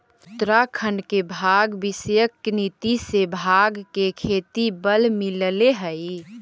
उत्तराखण्ड के भाँग विषयक नीति से भाँग के खेती के बल मिलले हइ